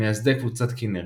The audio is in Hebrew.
ממייסדי קבוצת כנרת.